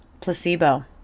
placebo